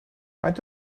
faint